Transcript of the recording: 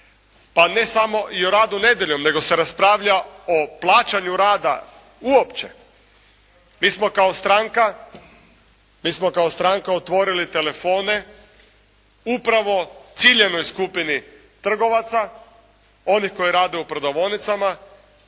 pa ne samo i o radu nedjeljom nego se raspravlja o plaćanju rada uopće. Mi smo kao stranka otvorili telefone upravo ciljanoj skupni trgovaca, onih koji rade u prodavaonicama